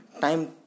time